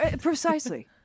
Precisely